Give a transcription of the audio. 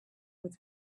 with